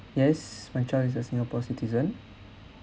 yes my child is a singapore citizen